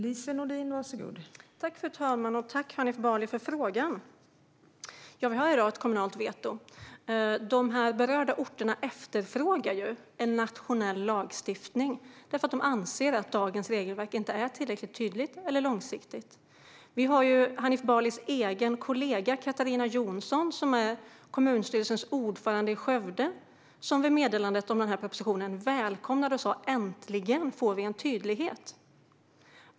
Fru talman! Tack, Hanif Bali, för frågan! Ja, vi har ett kommunalt veto. Men de berörda orterna efterfrågar en nationell lagstiftning eftersom de anser att dagens regelverk inte är tillräckligt tydligt eller långsiktigt. Hanif Balis egen kollega Katarina Jonsson, som är kommunstyrelsens ordförande i Skövde, välkomnade meddelandet om den här propositionen. Hon sa: Äntligen får vi en tydlighet.